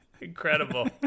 Incredible